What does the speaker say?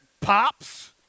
Pops